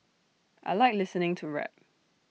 I Like listening to rap